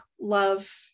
love